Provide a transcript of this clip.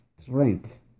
strength